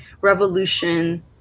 revolution